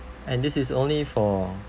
and this is only for